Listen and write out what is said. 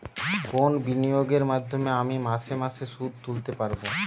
কোন বিনিয়োগের মাধ্যমে আমি মাসে মাসে সুদ তুলতে পারবো?